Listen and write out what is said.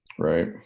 Right